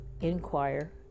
inquire